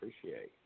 Appreciate